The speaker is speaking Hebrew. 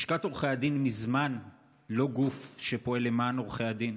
לשכת עורכי הדין היא מזמן לא גוף שפועל למען עורכי הדין.